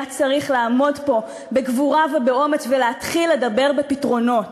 היה צריך לעמוד פה היום בגבורה ובאומץ ולהתחיל לדבר בפתרונות.